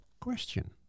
question